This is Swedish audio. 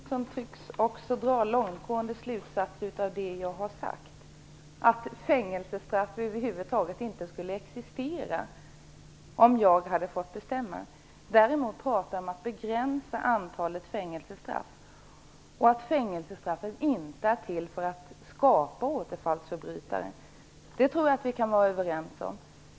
Fru talman! Göthe Knutson tycks dra långtgående slutsatser av det jag har sagt, nämligen att fängelsestraff över huvud taget inte skulle existera om jag hade fått bestämma. Det är inte riktigt. Däremot pratar jag om att begränsa antalet fängelsestraff. Att fängelsestraffet inte är till för att skapa återfallsförbrytare tror jag att vi kan vara överens om.